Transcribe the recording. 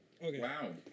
Wow